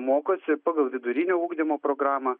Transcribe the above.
mokosi pagal vidurinio ugdymo programą